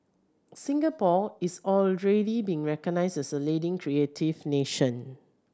Singapore is already being recognised as a leading creative nation